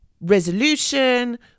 resolution